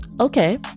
okay